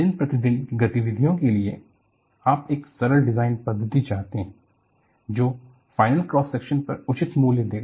दिन प्रतिदिन की गतिविधियों के लिए आप एक सरल डिज़ाइन पद्धति चाहते हैं जो फाइनल क्रॉस सेक्शन पर उचित मूल्य देगा